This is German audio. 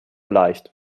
leicht